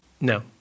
No